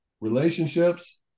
relationships